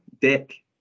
Dick